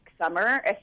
summer